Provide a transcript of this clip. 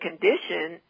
condition